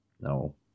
no